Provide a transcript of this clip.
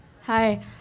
Hi